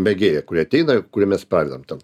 mėgėjai kurie ateina ir kuriem mes padedam ten